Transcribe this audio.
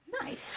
Nice